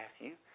Matthew